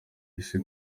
isi